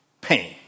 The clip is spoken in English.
pain